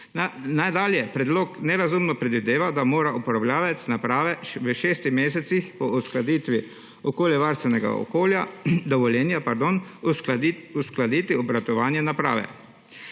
Nadalje, predlog nerazumno predvideva, da mora upravljavec naprave v šestih mesecih po uskladitvi okoljevarstvenega dovoljenja uskladiti obratovanje naprave.